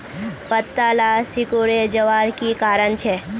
पत्ताला सिकुरे जवार की कारण छे?